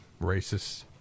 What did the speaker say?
racists